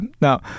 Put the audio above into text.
Now